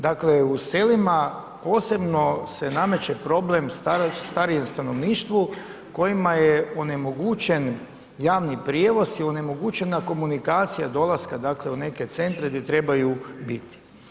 Dakle, u selima, posebno se nameće problem starijem stanovništvu, kojima je onemogućen javni prijevoz i onemogućena komunikacija dolaska u neke centre, gdje trebaju biti.